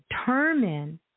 determine